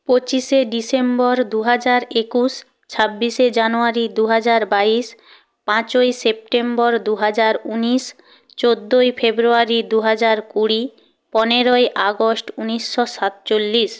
পঁচিশে ডিসেম্বর দু হাজার একুশ ছাব্বিশে জানুয়ারি দু হাজার বাইশ পাঁচই সেপ্টেম্বর দু হাজার উনিশ চোদ্দোই ফেব্রুয়ারি দু হাজার কুড়ি পনেরোই আগস্ট উনিশশো সাতচল্লিশ